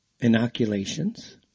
inoculations